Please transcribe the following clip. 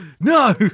No